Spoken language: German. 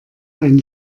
ein